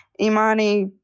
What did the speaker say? Imani